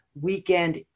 weekend